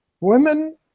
Women